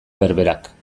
berberak